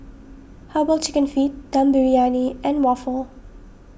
Herbal Chicken Feet Dum Briyani and Waffle